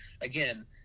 again